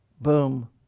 boom